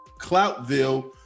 Cloutville